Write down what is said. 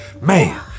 man